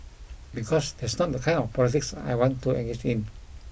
because that's not the kind of the politics I want to engage in